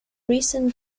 recent